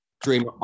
dream